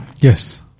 Yes